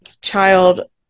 child